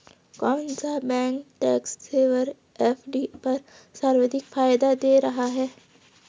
कौन सा bank tax saver FD पर सर्वाधिक फायदा दे रहा है?